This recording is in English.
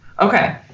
Okay